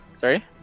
Sorry